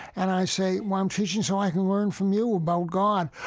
and i say, well, i'm teaching so i can learn from you about god.